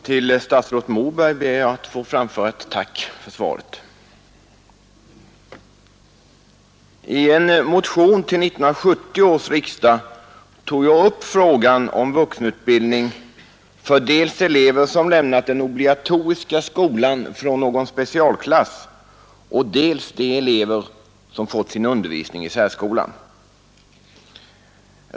Till statsrådet Moberg ber jag att få framföra ett tack för svaret på min interpellation. I en motion till 1970 års riksdag tog jag upp frågan om vuxenutbildning för dels elever som lämnat den obligatoriska skolan från någon specialklass, dels de elever som fått sin undervisning i särskolan.